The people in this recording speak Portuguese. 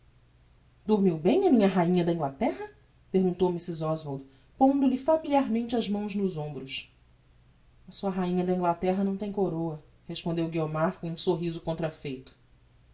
dormiu bem a minha rainha de inglaterra perguntou mrs oswald pondo-lhe familiarmente as mãos nos hombros a sua rainha de inglaterra não tem coroa respondeu guiomar comum sorriso contrafeito